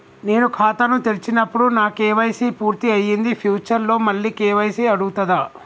నేను ఖాతాను తెరిచినప్పుడు నా కే.వై.సీ పూర్తి అయ్యింది ఫ్యూచర్ లో మళ్ళీ కే.వై.సీ అడుగుతదా?